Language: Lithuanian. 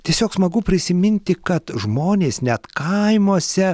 tiesiog smagu prisiminti kad žmonės net kaimuose